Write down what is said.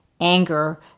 anger